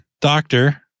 doctor